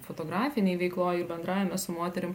fotografinėj veikloj ir bendravime su moterim